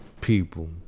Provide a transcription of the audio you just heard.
people